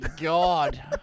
God